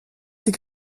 die